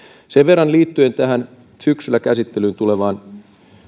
sen verran liittyen tähän syksyllä käsittelyyn tulevaan